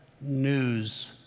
news